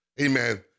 amen